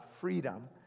freedom